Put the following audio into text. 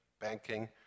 banking